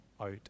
out